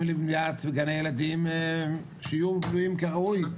לבניית גני ילדים שיהיו בנויים כראוי.